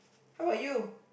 how about you